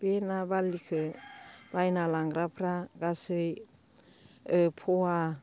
बे ना बारलिखौ बायना लांग्राफोरा गासै फवा